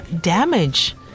damage